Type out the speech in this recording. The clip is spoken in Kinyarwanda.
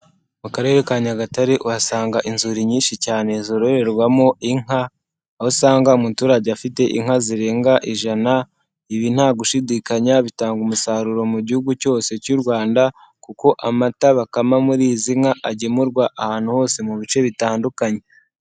Mu Karere ka Nyagatare, uhasanga inzuri nyinshi cyane zororerwamo inka, aho usanga umuturage afite inka zirenga ijana, ibi ntagushidikanya bitanga umusaruro mu Gihugu cyose cy'u Rwanda, kuko amata bakama muri izi nka agemurwa ahantu hose mu bice bitandukanye.